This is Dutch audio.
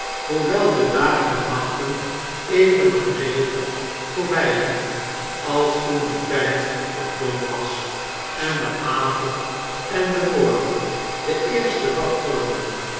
hoewel de dagen en nachten even geregeld voorbjjgingen als toen de tjjd nog jong was en de avond en de morgen den eersten dag vormden